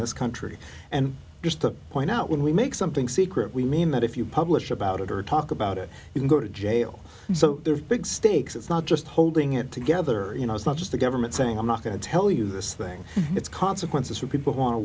this country and just to point out when we make something secret we mean that if you publish about it or talk about it you can go to jail so there's big stakes it's not just holding it together you know it's not just the government saying i'm not going to tell you this thing it's consequences for people who want to